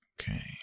Okay